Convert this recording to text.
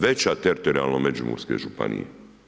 Veća teritorijalno od Međimurske županije.